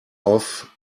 off